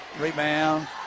rebound